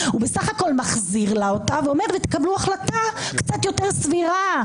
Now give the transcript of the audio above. הוא בסך הכול מחזיר לה אותה ואומר: תקבלו החלטה קצת יותר סבירה.